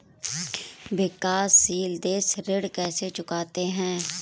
विकाशसील देश ऋण कैसे चुकाते हैं?